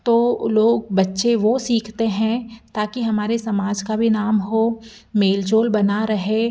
तो लोग बच्चे वो सीखते हैं ताकि हमारे समाज का भी नाम हो मेल जोल बना रहे